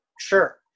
Sure